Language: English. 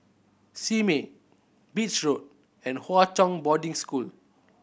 Simei Beach Road and Hwa Chong Boarding School